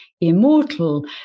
immortal